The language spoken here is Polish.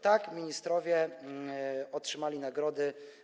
Tak, ministrowie otrzymali nagrody.